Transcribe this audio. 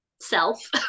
self